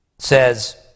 Says